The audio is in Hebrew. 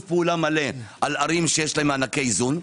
פעולה מלא על ערים שיש להם מענקי איזון,